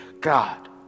God